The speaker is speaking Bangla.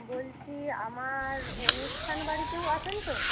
বলছি আমার অনুষ্ঠান বাড়িতেও আসেন তো